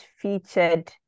featured